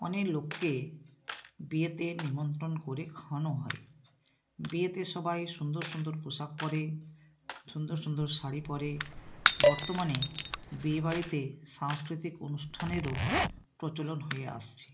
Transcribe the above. অনেক লোককে বিয়েতে নিমন্ত্রণ করে খাওয়ানো হয় বিয়েতে সবাই সুন্দর সুন্দর পোশাক পরে সুন্দর সুন্দর শাড়ি পরে বর্তমানে বিয়েবাড়িতে সাংস্কৃতিক অনুষ্ঠানেরও প্রচলন হয়ে আসছে